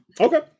Okay